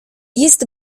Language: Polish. jest